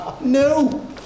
No